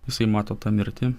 jisai mato tą mirtį